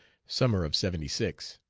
summer of seventy six.